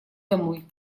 домой